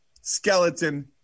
Skeleton